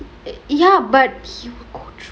ya but he will go through